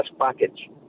package